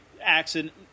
accident